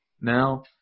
now